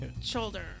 shoulder